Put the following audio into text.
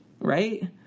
right